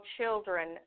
children